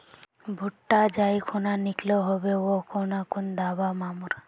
भुट्टा जाई खुना निकलो होबे वा खुना कुन दावा मार्मु?